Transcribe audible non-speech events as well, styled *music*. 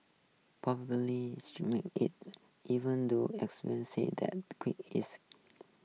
*unintelligible* even though experts say the queen is *noise*